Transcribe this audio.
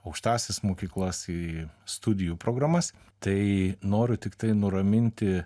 aukštąsias mokyklas į studijų programas tai noriu tiktai nuraminti